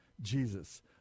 Jesus